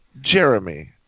Jeremy